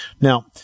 Now